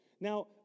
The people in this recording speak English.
Now